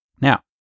Now